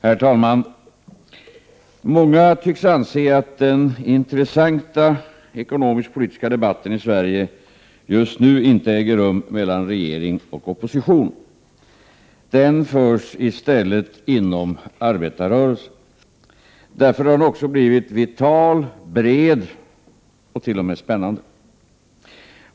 Herr talman! Många tycks anse att den intressanta ekonomisk-politiska debatten i Sverige just nu inte äger rum mellan regering och opposition. Den förs i stället inom arbetarrörelsen. Därför har den också blivit vital, bred och t.o.m. spännande.